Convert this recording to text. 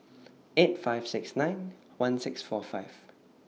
eight five six nine one six four five